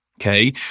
Okay